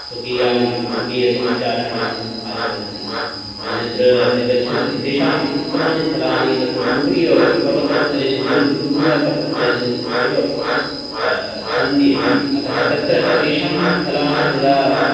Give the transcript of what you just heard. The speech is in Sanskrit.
स्वकीयां स्वकीयतपस्याचरणम् आचरन्ति अन्यत्र ते गच्छन्ति तेषाम् उत्तमानि स्थलानि तत्र उपरि एव पर्वतस्थलेषु द्रुह् दुरूहपर्वतस्थलेषु एव सन्ति एव अतः तत्र तेषां स्थलानां यदा